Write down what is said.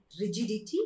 rigidity